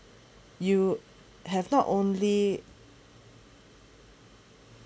you have not only